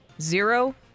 Zero